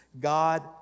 God